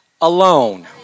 alone